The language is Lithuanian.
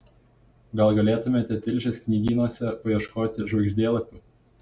gal galėtumėte tilžės knygynuose paieškoti žvaigždėlapių